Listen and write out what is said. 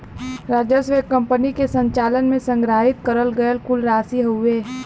राजस्व एक कंपनी के संचालन में संग्रहित करल गयल कुल राशि हउवे